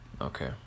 Okay